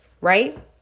right